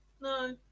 No